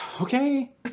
Okay